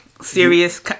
Serious